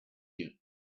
you